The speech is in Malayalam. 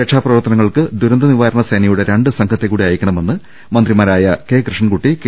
രക്ഷാപ്രവർത്തനങ്ങൾക്ക് ദുരന്ത നിവാരണ സേന യുടെ രണ്ട് സംഘത്തെക്കൂടി അയയ്ക്കണമെന്ന് മന്ത്രിമാരായ കെ കൃഷ്ണൻകുട്ടി കെ